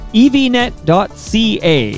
evnet.ca